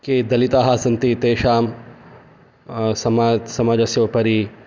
के दलिताः सन्ति तेषां समा समाजस्य उपरि